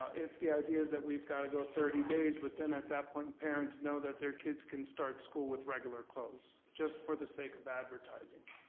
if the idea is that we've gotta go thirty days, but then at that point parents know that their kids can start school with regular clothes, just for the sake of advertising,